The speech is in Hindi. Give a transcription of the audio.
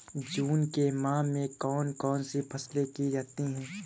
जून के माह में कौन कौन सी फसलें की जाती हैं?